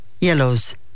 yellows